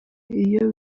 iyo